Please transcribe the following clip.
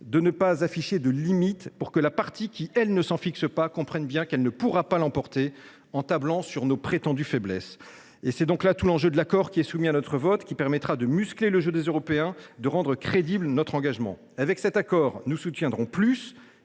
de ne pas afficher de limites, afin que la partie qui ne s’en fixe pas comprenne bien qu’elle ne pourra pas l’emporter en tablant sur nos prétendues faiblesses. C’est là tout l’enjeu de l’accord qui est soumis à notre vote : il permettra de muscler le jeu des Européens et de rendre crédible notre engagement. Avec cet accord, nous soutiendrons plus